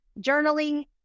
journaling